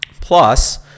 plus